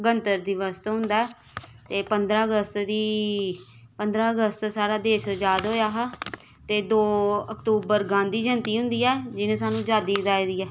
गणतंत्र दिवस त होंदा ते पंदरा अगस्त गी पंदरा अगस्त साढ़ा देश अजाद होएआ हा ते दो अक्तूबर गांधी जयंती होंदी ऐ जिनें सानू अजादी दलाई दी ऐ